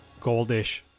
goldish